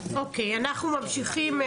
היו"ר מירב בן ארי (יו"ר ועדת ביטחון הפנים): אנחנו ממשיכים.